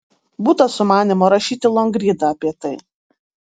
būta sumanymo rašyti longrydą apie tai